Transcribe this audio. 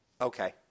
okay